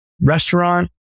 restaurant